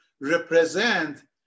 represent